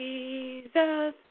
Jesus